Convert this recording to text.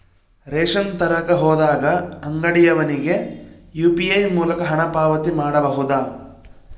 Ration ತರಕ ಹೋದಾಗ ಅಂಗಡಿಯವನಿಗೆ ಯು.ಪಿ.ಐ ಮೂಲಕ ಹಣ ಪಾವತಿ ಮಾಡಬಹುದಾ?